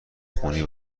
خونی